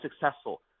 successful